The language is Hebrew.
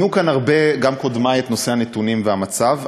ציינו כאן הרבה גם קודמי את הנתונים והמצב.